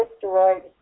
destroyed